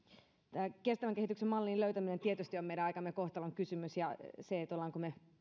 tämä kestävän kehityksen mallien löytäminen tietysti on meidän aikamme kohtalon kysymys ja se olemmeko me